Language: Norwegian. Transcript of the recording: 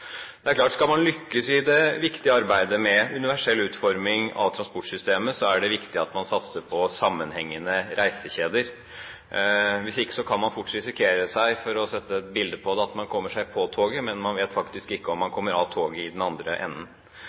Skal man lykkes i det viktige arbeidet med universell utforming av transportsystemet, er det viktig at man satser på sammenhengende reisekjeder. Hvis ikke kan man fort risikere, for å gi et bilde av det, at man kommer seg på toget, men faktisk ikke vet om man kommer av toget i den andre enden.